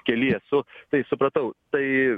kely esu tai supratau tai